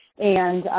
and,